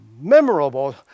memorable